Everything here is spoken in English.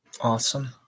Awesome